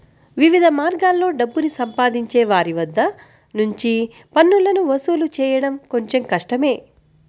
వివిధ మార్గాల్లో డబ్బుని సంపాదించే వారి వద్ద నుంచి పన్నులను వసూలు చేయడం కొంచెం కష్టమే